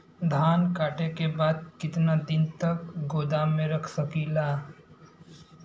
धान कांटेके बाद कितना दिन तक गोदाम में रख सकीला?